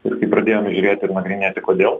ir kai pradėjome žiūrėti ir nagrinėti kodėl